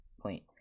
point